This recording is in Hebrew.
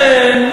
לכן,